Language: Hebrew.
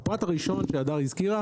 הפרט הראשון שהדר הזכירה